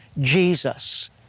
Jesus